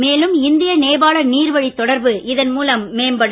மேலும் இந்திய நேபாள நீர்வழித் தொடர்பு இதன் மூலம் மேம்படும்